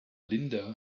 linda